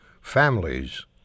families